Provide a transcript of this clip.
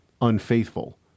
unfaithful